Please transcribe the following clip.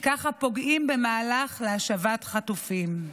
ככה פוגעים במהלך להשבת החטופים.